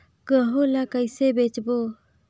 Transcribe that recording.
गहूं ला कइसे बेचबो?